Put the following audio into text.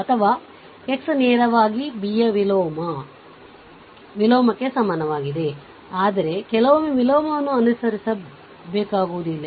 ಅಥವಾ x ನೇರವಾಗಿ b ಯ ವಿಲೋಮಕ್ಕೆ xb 1ಸಮಾನವಾಗಿರುತ್ತದೆ ಆದರೆ ಕೆಲವೊಮ್ಮೆ ವಿಲೋಮವನ್ನು ಅನುಸರಿಸಬೇಡಿ